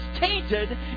tainted